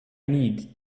need